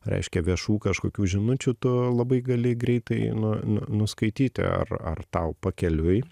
reiškia viešų kažkokių žinučių tu labai gali greitai nu nu nuskaityti ar ar tau pakeliui